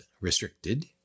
restricted